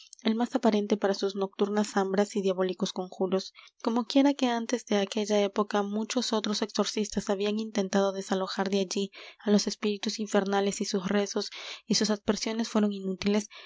el más aparente para sus nocturnas zambras y diabólicos conjuros como quiera que antes de aquella época muchos otros exorcistas habían intentado desalojar de allí á los espíritus infernales y sus rezos y sus aspersiones fueron inútiles